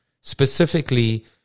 specifically